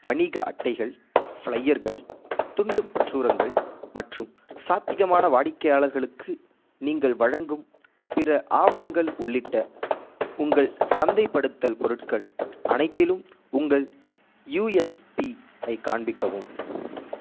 வணிக அட்டைகள் ஃப்ளையர்கள் துண்டுப்பிரசுரங்கள் மற்றும் சாத்திகமான வாடிக்கையாளர்களுக்கு நீங்கள் வழங்கும் பிற ஆவணங்கள் உள்ளிட்ட உங்கள் சந்தைப்படுத்தல் பொருட்கள் அனைத்திலும் உங்கள் யுஎஸ்பி ஐக் காண்பிக்கவும்